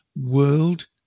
world